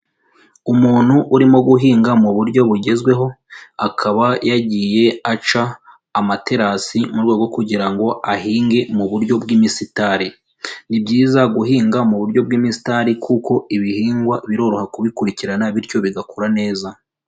Umuntu urimo guhinga mu buryo bugezweho, akaba yagiye aca amaterasi mu rwego kugira ngo ahinge mu buryo bw'imisitari. Ni byiza guhinga mu buryo bw'imisitari kuko ibihingwa biroroha kubikurikirana bityo bigakura neza.